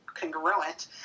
congruent